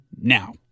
now